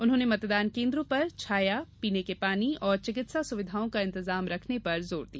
उन्होंने मतदान केन्द्रों पर छाया पीने के पानी और चिकित्सा सुविधाओं का इंतजाम रखने पर जोर दिया